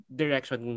direction